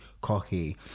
cocky